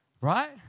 right